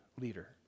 leader